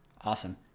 Awesome